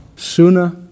Sooner